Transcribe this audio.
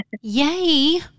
Yay